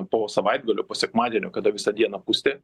po savaitgalio po sekmadienio kada visą dieną pustė